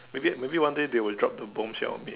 maybe maybe one day they will drop the bombshell on me